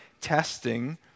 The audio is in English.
testing